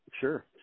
sure